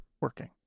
working